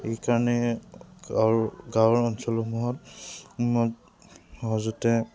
সেইকাৰণে গাঁৱৰ অঞ্চলসমূহতত সহজতে